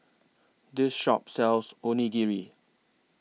This Shop sells Onigiri